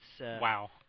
Wow